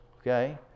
Okay